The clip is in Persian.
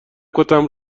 کتم